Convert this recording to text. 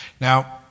Now